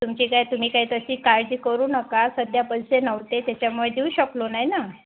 तुमची काय तुम्ही काही तशी काळजी करू नका सध्या पैसे नव्हते त्याच्यामुळे देऊ शकलो नाही ना